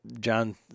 John